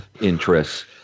interests